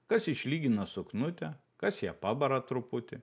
kas išlygina suknutę kas ją pabara truputį